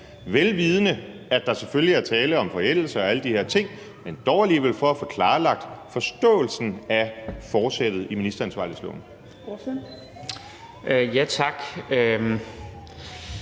vel vidende at der selvfølgelig er tale om forældelser og alle de her ting, men dog alligevel for at få klarlagt forståelsen af forsættet i ministeransvarlighedsloven. Kl.